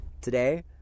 today